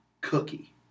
cookie